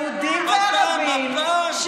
יהודים וערבים,